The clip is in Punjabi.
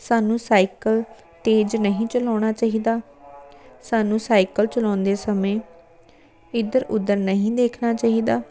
ਸਾਨੂੰ ਸਾਈਕਲ ਤੇਜ਼ ਨਹੀਂ ਚਲਾਉਣਾ ਚਾਹੀਦਾ ਸਾਨੂੰ ਸਾਈਕਲ ਚਲਾਉਂਦੇ ਸਮੇਂ ਇੱਧਰ ਉੱਧਰ ਨਹੀਂ ਦੇਖਣਾ ਚਾਹੀਦਾ